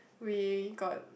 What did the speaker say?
we got